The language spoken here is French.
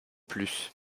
plus